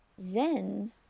zen